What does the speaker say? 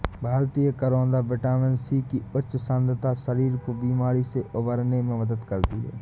भारतीय करौदा vitamin C की उच्च सांद्रता शरीर को बीमारी से उबरने में मदद करती है